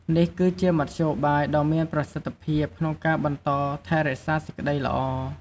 នេះគឺជាមធ្យោបាយដ៏មានប្រសិទ្ធភាពក្នុងការបន្តថែរក្សាសេចក្តីល្អ។